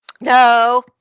No